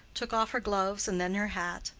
took off her gloves and then her hat,